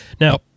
Now